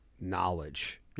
knowledge